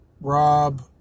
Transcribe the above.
Rob